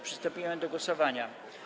Przystępujemy do głosowania.